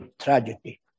tragedy